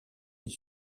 des